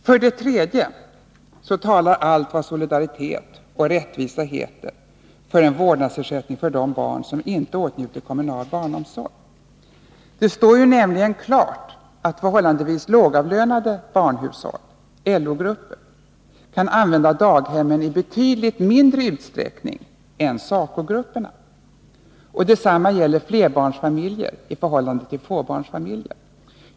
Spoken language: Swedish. För det tredje talar allt vad solidaritet och rättvisa heter för en vårdnadsersättning för de barn som inte åtnjuter kommunal barnomsorg. Det står nämligen klart att förhållandevis lågavlönade barnhushåll — LO-grupper — kan använda daghemmen i betydligt mindre utsträckning än SACO-grupperna. Detsamma gäller flerbarnsfamiljer i förhållande till tvåbarnsfamiljer.